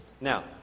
Now